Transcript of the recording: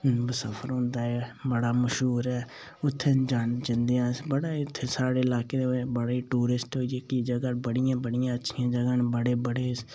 बड़ा सफर होंदा ऐ बड़ा मशहूर ऐ उत्थै जन्ने आं अस बड़ा साढ़े इलाके ई बड़े टुरिस्ट होई गे कि जगह बड़ियां अच्छियां अच्छियां जगह न बड़े बड़े